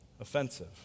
offensive